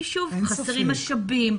כי חסרים משאבים,